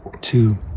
two